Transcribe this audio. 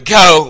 go